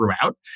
throughout